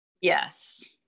Yes